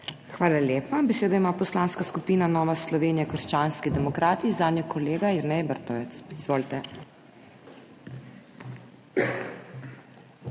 Hvala lepa. Besedo ima Poslanska skupina Nova Slovenija – krščanski demokrati, zanjo kolega Jernej Vrtovec. Izvolite.